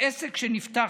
שעסק שנפתח